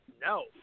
No